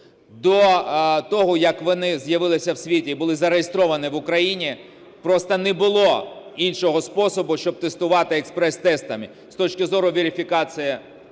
До того, як вони з'явилися у світі і були зареєстровані в Україні, просто не було іншого способу, щоб тестувати експрес-тестами, з точки зору верифікації